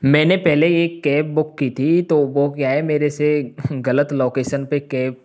मैं ने पहले एक कैब बुक की थी तो वो क्या है मेरे से गलत लोकेसन पे कैब